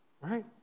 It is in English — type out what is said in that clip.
right